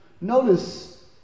Notice